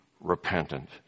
repentant